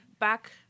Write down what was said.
back